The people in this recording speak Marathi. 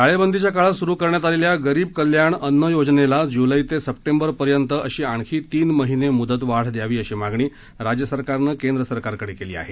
टाळेबंदीच्या काळात सुरू करण्यात आलेल्या गरीब कल्याण अन्न योजनेला जूलै ते सप्टेंबर पर्यंत अशी आणखी तीन महिने मुदतवाढ द्यावी अशी मागणी राज्य सरकारनं केंद्राकडे केली आहे